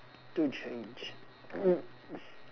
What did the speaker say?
to change